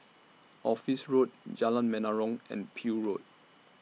Office Road Jalan Menarong and Peel Road